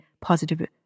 positive